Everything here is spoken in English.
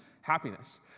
happiness